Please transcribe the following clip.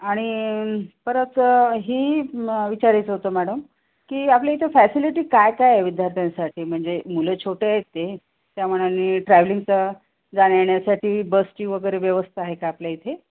आणि परत ही विचारायचं होतं मॅडम की आपल्या इथं फॅसिलिटी काय काय विद्यार्थ्यांसाठी म्हणजे मुलं छोटे आहे ते त्यामानाने ट्रॅव्हलिंगचं जाण्यायेण्यासाठी बसची वगैरे व्यवस्था आहे का आपल्या इथे